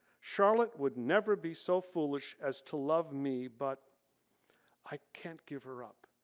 charlotte would never be so foolish as to love me but i can't give her up.